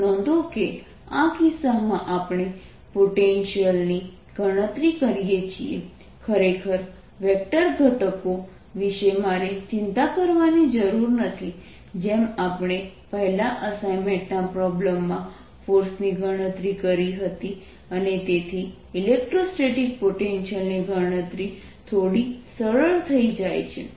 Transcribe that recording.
નોંધો કે આ કિસ્સામાં આપણે પોટેન્શિયલની ગણતરી કરીએ છીએ ખરેખર વેક્ટર ઘટકો વિશે મારે ચિંતા કરવાની જરૂર નથી જેમ આપણે પહેલા અસાઇમેન્ટના પ્રોબ્લેમમાં ફોર્સની ગણતરી કરી હતી અને તેથી ઇલેક્ટ્રોસ્ટેટિક પોટેન્શિયલની ગણતરી થોડી સરળ થઈ જાય છે